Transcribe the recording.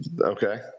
okay